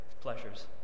pleasures